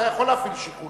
אתה יכול להפעיל שיקול